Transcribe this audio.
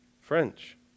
French